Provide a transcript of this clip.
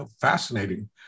fascinating